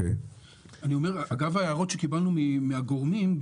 אגב ההערות שקיבלנו מהגורמים,